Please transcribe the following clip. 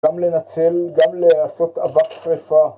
‫גם לנצל, גם לעשות אבק שריפה.